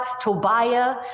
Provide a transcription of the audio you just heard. Tobiah